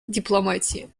дипломатии